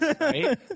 Right